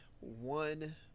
one